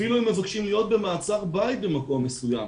אפילו אם מבקשים להיות במעצר בית במקום מסוים,